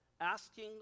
asking